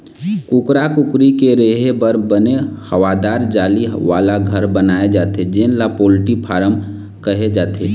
कुकरा कुकरी के रेहे बर बने हवादार जाली वाला घर बनाए जाथे जेन ल पोल्टी फारम कहे जाथे